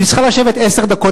היא צריכה לשבת עשר דקות,